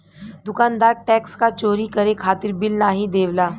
दुकानदार टैक्स क चोरी करे खातिर बिल नाहीं देवला